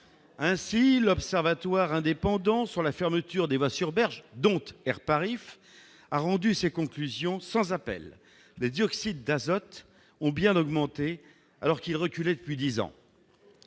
ainsi l'Observatoire indépendant sur la fermeture des voies sur berge dompte Airparif a rendu ses conclusions sans appel : le dioxyde d'azote ont bien augmenté alors qu'il reculait depuis 10 ans,